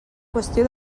qüestió